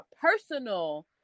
personal